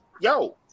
Yo